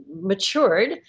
matured